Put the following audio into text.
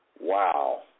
Wow